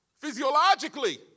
physiologically